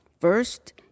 First